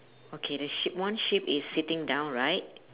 okay the sheep one sheep is sitting down right